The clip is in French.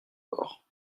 corps